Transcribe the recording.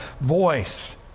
voice